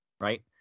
right